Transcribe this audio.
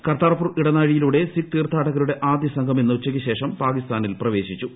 കർതാർപൂർ ഇടനാഴിയിലൂടെ സിഖ് തീർത്ഥാടകരുടെ ആദ്യ സംഘം ഇന്ന് ഉച്ചയ്ക്കു ശേഷം പാകിസ്ഥാനിൽ പ്രവേശിച്ചു